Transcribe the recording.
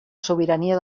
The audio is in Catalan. sobirania